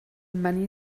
money